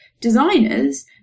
Designers